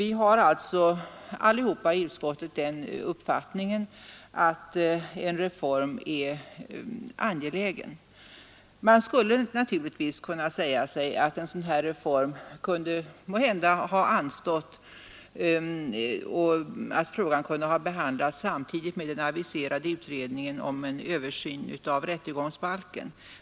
Vi har alltså alla i utskottet den uppfattningen att en reform är angelägen. Man skulle kunna säga sig att en sådan här reform måhända kunde ha anstått och att frågan kunde ha behandlats samtidigt med den aviserade utredningen om en översyn av rättegångsbalken.